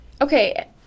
Okay